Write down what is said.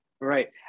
Right